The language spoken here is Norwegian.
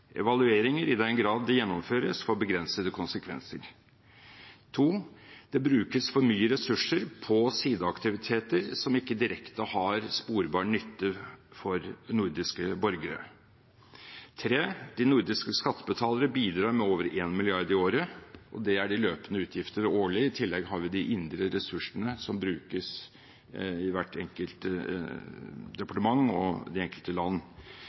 Evalueringer, i den grad de gjennomføres, får begrensede konsekvenser. For det andre: Det brukes for mye ressurser på sideaktiviteter som ikke direkte har sporbar nytte for nordiske borgere. For det tredje: De nordiske skattebetalere bidrar med over 1 mrd. kr i året. Det er de løpende utgiftene årlig. I tillegg har vi de indre ressursene som brukes i hvert enkelt departement og i de enkelte land.